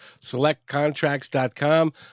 selectcontracts.com